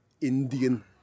Indian